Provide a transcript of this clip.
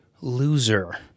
loser